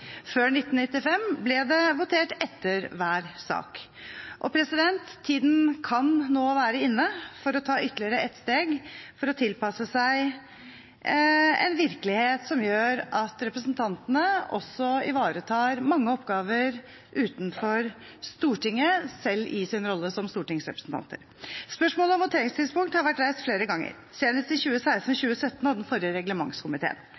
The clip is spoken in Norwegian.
Før 1995 ble det votert etter hver sak. Tiden kan nå være inne for å ta ytterligere et steg for å tilpasse seg en virkelighet som gjør at representantene også ivaretar mange oppgaver utenfor Stortinget, selv i sin rolle som stortingsrepresentanter. Spørsmålet om voteringstidspunkt har vært reist flere ganger, senest i 2016–2017 av den forrige reglementskomiteen.